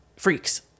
freaks